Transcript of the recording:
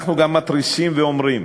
אנחנו גם מתריסים ואומרים